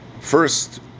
First